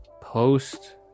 post